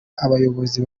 abayobozi